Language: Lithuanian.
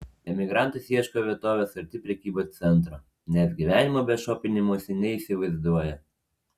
emigrantas ieško vietovės arti prekybos centro nes gyvenimo be šopinimosi neįsivaizduoja